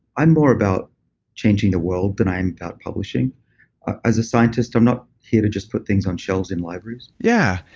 i'm more about changing the world than i am about publishing as a scientist, i'm not here to just put things on shelves and libraries yeah.